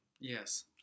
Yes